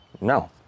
No